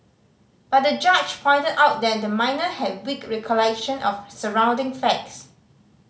but the judge pointed out that the minor had weak recollection of surrounding facts